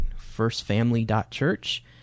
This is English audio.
firstfamily.church